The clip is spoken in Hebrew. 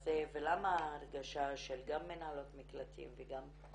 הזה ולמה ההרגשה גם של מנהלות מקלטים וגם של